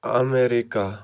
America